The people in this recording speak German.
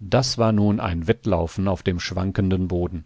das war nun ein wettlaufen auf dem schwankenden boden